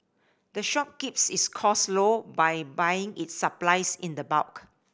the shop keeps its cost low by buying its supplies in the bulk